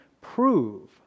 prove